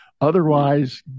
Otherwise